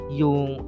yung